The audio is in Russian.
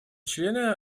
члены